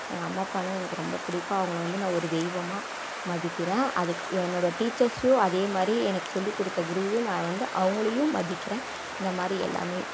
எங்க அம்மா அப்பானா எனக்கு ரொம்ப பிடிக்கும் அவங்களை வந்து நான் ஒரு தெய்வமாக மதிக்கிறேன் அதுக்கு என்னோடய டீச்சர்ஸையும் அதே மாதிரி எனக்கு சொல்லி கொடுத்த குருவும் நான் வந்து அவங்களையும் மதிக்கிறேன் இந்த மாதிரி எல்லாமே